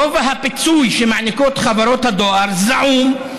גובה הפיצוי שמעניקות חברות הדואר זעום,